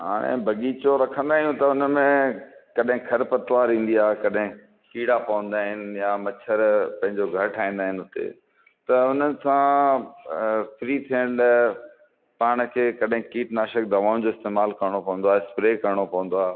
हाणे बगीचो रखंदा आहियूं त उन में कॾहिं खरपतवार ईंदी आहे कॾहिं कीड़ा पवंदा आहिनि या मच्छर पंहिंजो घर ठाहींदा आहिनि उते त उन सां फ्री थियण लाइ पाण खे कॾहिं कीटनाशक दवाउनि जो इस्तेमालु करिणो पवंदो आहे स्प्रे करिणो पवंदो आहे